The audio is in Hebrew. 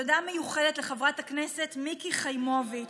תודה מיוחדת לחברת הכנסת מיקי חיימוביץ',